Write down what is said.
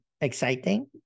exciting